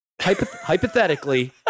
Hypothetically